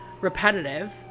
repetitive